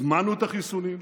הזמנו את החיסונים,